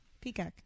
Peacock